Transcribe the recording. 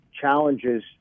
challenges